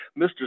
Mr